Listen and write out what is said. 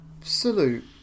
absolute